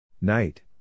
Night